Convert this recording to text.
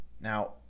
Now